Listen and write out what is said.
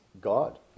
God